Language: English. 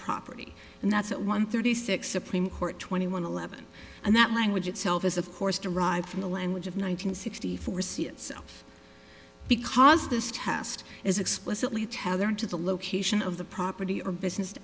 property and that's at one thirty six supreme court twenty one eleven and that language itself is of course derived from the language of nine hundred sixty four c itself because this test is explicitly tethered to the location of the property or business